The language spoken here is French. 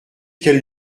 qu’elle